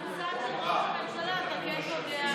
במוסד של ראש הממשלה אתה כן פוגע.